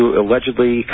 allegedly